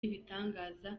ibitangaza